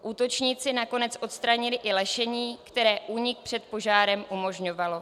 Útočníci nakonec odstranili i lešení, které únik před požárem umožňovalo.